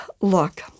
look